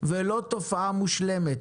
ולא תופעה מושלמת.